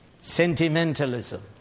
sentimentalism